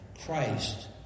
Christ